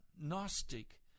Gnostic